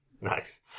Nice